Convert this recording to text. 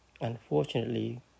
Unfortunately